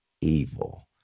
evil